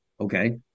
okay